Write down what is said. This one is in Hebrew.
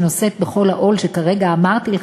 שנושאת בכל העול שכרגע אמרתי לך,